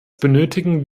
benötigen